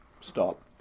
stop